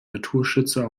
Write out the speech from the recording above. naturschützer